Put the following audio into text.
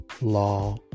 law